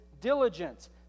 diligence